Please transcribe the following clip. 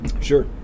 Sure